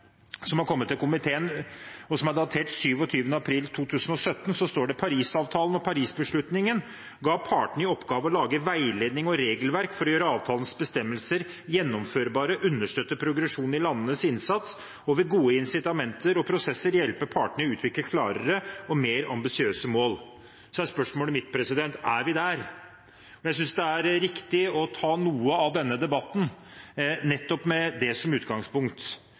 som har kommet til komiteen, og som er datert 27. april 2017, står det: «Parisavtalen og Parisbeslutningen ga partene i oppgave å lage veiledning og regelverk for å gjøre avtalens bestemmelser gjennomførbare, understøtte progresjon i landenes innsats og ved gode insitamenter og prosesser hjelpe partene i å utvikle klarere og mer ambisiøse mål.» Så er spørsmålet mitt: Er vi der? Jeg synes det er riktig å ta noe av denne debatten nettopp med det som utgangspunkt.